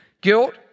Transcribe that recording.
Guilt